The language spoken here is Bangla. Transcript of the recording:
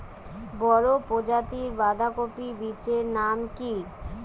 বড় প্রজাতীর বাঁধাকপির বীজের নাম কি?